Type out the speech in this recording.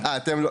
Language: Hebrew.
--- אתם לא?